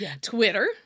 twitter